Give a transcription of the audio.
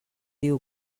diu